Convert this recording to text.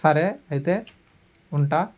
సరే అయితే ఉంటాను